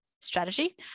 strategy